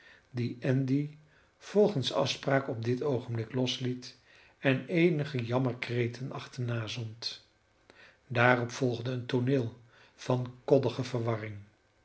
die andy volgens afspraak op dit oogenblik losliet en eenige jammerkreten achterna zond daarop volgde een tooneel van koddige verwarring